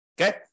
Okay